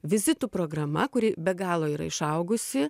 vizitų programa kuri be galo yra išaugusi